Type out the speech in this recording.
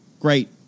Great